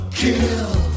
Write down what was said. kill